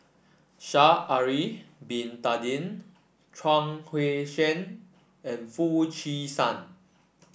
Sha'ari Bin Tadin Chuang Hui Tsuan and Foo Chee San